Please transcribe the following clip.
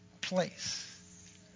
place